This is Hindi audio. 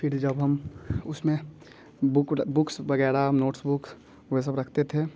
फिर जब हम उसमें बुक बुक्स वग़ैरह नोट्स बुक वो सब रखते थे